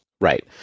Right